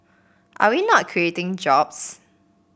are we not creating jobs